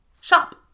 shop